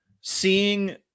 seeing